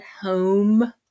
home